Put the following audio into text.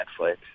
Netflix